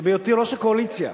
שבהיותי ראש הקואליציה,